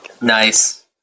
Nice